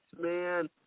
man